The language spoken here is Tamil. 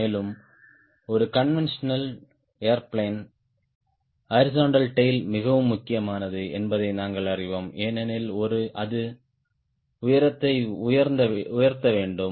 மேலும் ஒரு கான்வென்டியோனல் ஏர்பிளேன் ஹாரிஸ்ன்ட்டல் டேய்ல் மிகவும் முக்கியமானது என்பதை நாங்கள் அறிவோம் ஏனெனில் அது உயரத்தை உயர்த்த வேண்டும்